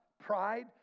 pride